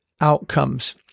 outcomes